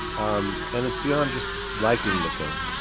um and it's beyond just liking the film.